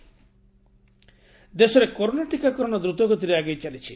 ଟିକାକରଣ ଦେଶରେ କରୋନା ଟିକାକରଣ ଦ୍ରତଗତିରେ ଆଗେଇ ଚାଲିଛି